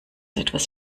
etwas